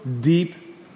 deep